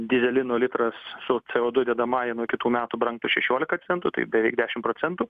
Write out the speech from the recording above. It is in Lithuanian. dyzelino litras su c o du dedamąja nuo kitų metų brangtų šešiolika centų tai beveik dešim procentų